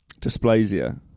dysplasia